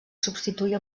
substituir